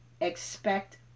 expect